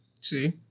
See